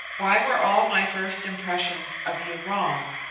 why were all my first impressions of you wrong?